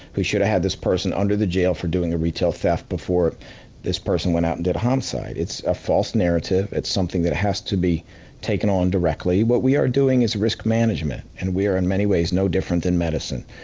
who should have had this person under the jail for doing a retail theft before this person went out and did a homicide. it's a false narrative. it's something that has to be taken on directly. what we are doing is risk management. and we are, in many ways, no different than medicine.